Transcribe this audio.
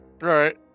Right